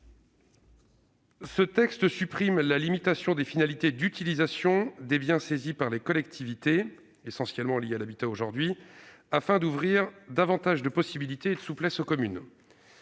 loi tend à supprimer la limitation des finalités d'utilisation des biens saisis par les collectivités- essentiellement liés à l'habitat aujourd'hui -afin d'offrir davantage de possibilités et de souplesse aux communes.